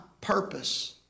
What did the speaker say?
purpose